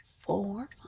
four